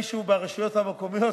מישהו ברשויות המקומיות,